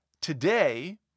Today